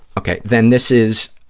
okay, then this is,